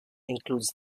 includes